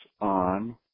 on